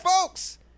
folks